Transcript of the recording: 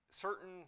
Certain